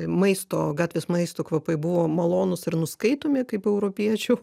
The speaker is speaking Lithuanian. maisto gatvės maisto kvapai buvo malonūs ir nuskaitomi kaip europiečių